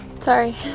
sorry